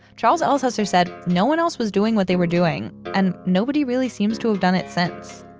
charles elsesser said no one else was doing what they were doing and nobody really seems to have done it since.